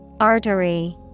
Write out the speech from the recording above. Artery